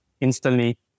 Instantly